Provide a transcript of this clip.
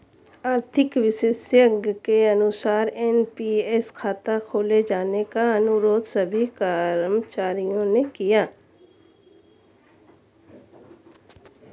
आर्थिक विशेषज्ञ के अनुसार एन.पी.एस खाता खोले जाने का अनुरोध सभी कर्मचारियों ने किया